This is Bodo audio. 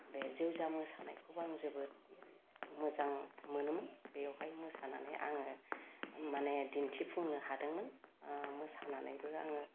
बे जेवजा मोसानायखौबो आं जोबोद मोजां मोनोमोन बेयावहाय मोसानानै आङो माने दिन्थिफुंनो हादोंमोन ओह मोसानानैबो आङो